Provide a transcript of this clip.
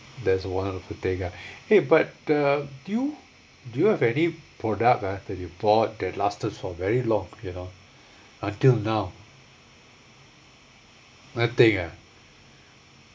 there's one of the thing ah hey but uh do you do you have any product ah that you bought that lasted for very long you know until now nothing ah